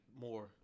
more